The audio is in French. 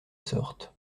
sorte